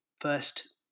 first